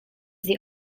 the